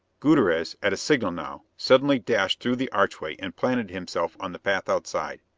gutierrez, at a signal now, suddenly dashed through the archway and planted himself on the path outside.